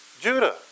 Judah